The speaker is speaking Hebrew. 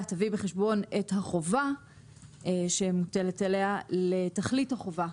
תביא בחשבון את החובה שמוטלת עליה לתכלית החובה.